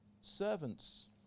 servants